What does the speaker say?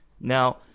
Now